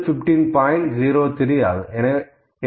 03 ஆகும்